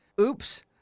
Oops